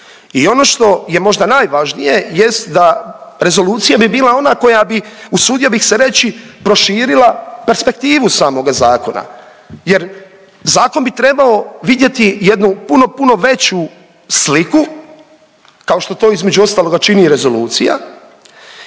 i ono što je možda najvažnije jest da, rezolucija bi bila ona koja bi, usudio bih se reći, proširila perspektivu samoga zakona jer zakon bi trebao vidjeti jednu puno, puno veću sliku, kao što to, između ostaloga čini i rezolucija